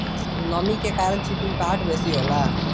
नमी के कारण चिपचिपाहट बेसी होला